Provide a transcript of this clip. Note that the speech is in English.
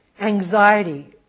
anxiety